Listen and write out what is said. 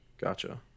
gotcha